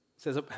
says